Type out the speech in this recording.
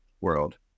world